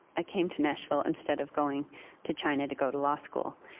i came to nashville instead of going to china to go to law school.